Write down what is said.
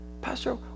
Pastor